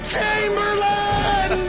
Chamberlain